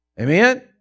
amen